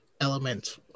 Element